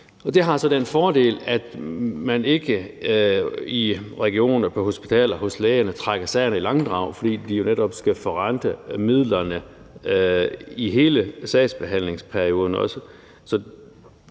Det har så den fordel, at man ikke i regionerne og på hospitalerne og hos lægerne trækker sagerne i langdrag, fordi de jo netop skal forrente midlerne i hele sagsbehandlingsperioden.